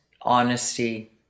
honesty